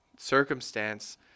circumstance